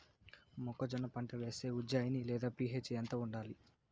మొక్కజొన్న పంట వేస్తే ఉజ్జయని లేదా పి.హెచ్ ఎంత ఉండాలి?